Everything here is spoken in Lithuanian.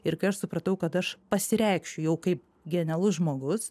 ir kai aš supratau kad aš pasireikšiu jau kaip genialus žmogus